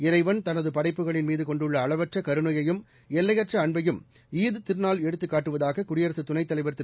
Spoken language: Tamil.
இறைவன் தனது படைப்புகளின் மீது கொண்டுள்ள அளவற்ற கருணயையும் எல்லையற்ற அன்பையும் ஈத் திருநாள் எடுத்துக் காட்டுவதாக குடியரசு துணைத் தலைவர் திரு